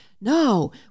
No